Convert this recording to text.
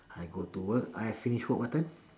I go to work I finish work what time